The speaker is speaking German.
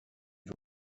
wir